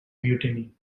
mutiny